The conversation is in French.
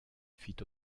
fit